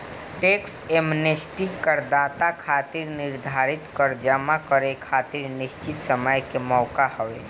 tax amnesty करदाता खातिर निर्धारित कर जमा करे खातिर निश्चित समय के मौका हवे